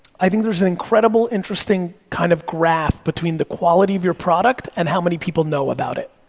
i think there's an incredible, interesting, kind of graph between the quality of your product and how many people know about it.